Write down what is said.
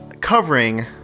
covering